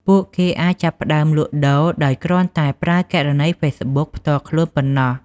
ពួកគេអាចចាប់ផ្តើមលក់ដូរដោយគ្រាន់តែប្រើគណនីហ្វេសប៊ុកផ្ទាល់ខ្លួនប៉ុណ្ណោះ។